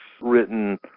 written